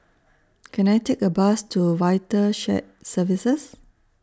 Can I Take A Bus to Vital Shared Services